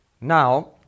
Now